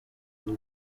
b’u